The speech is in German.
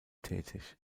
tätig